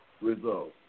results